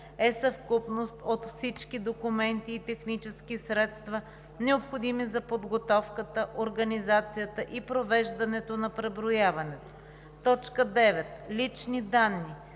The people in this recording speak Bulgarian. е съвкупност от всички документи и технически средства, необходими за подготовката, организацията и провеждането на преброяването. 9. „Лични данни“